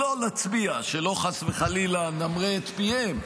לא נצביע, שחס וחלילה לא נמרה את פיהם,